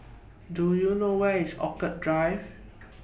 Do YOU know Where IS Orchid Drive